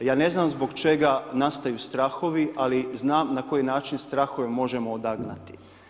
Ja ne znam zbog čega nastaju strahovi, ali, znam na koji način strahove možemo odagnati.